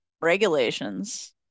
regulations